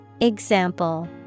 Example